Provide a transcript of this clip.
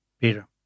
Peter